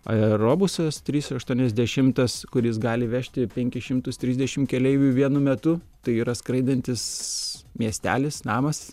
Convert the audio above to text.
aerobusas trys aštuoniasdešimtas kuris gali vežti penkis šimtus trisdešim keleivių vienu metu tai yra skraidantis miestelis namas